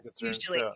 usually